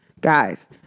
Guys